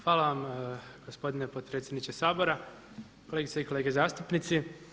Hvala vam gospodine potpredsjedniče Sabora, kolegice i kolege zastupnici.